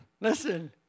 listen